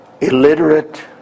illiterate